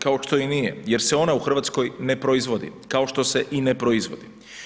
Kao što i nije jer se ona u Hrvatskoj ne proizvodi, kao što se i ne proizvodi.